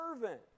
servant